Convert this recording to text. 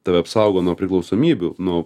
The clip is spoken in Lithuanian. tave apsaugo nuo priklausomybių nuo